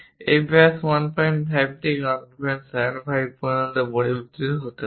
এই ব্যাস 15 থেকে 175 পর্যন্ত পরিবর্তিত হতে পারে